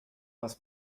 was